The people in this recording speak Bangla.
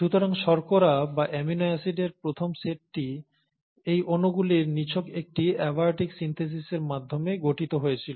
সুতরাং শর্করা বা অ্যামিনো অ্যাসিডের প্রথম সেটটি এই অণুগুলির নিছক একটি অ্যাবায়োটিক সিন্থেসিসের মাধ্যমে গঠিত হয়েছিল